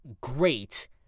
great